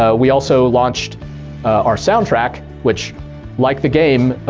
ah we also launched our soundtrack, which like the game,